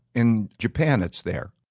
in japan it's there,